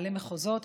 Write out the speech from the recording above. מנהלי מחוזות,